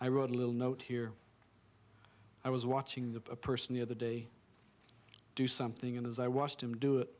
i wrote a little note here i was watching the person the other day do something and as i watched him do it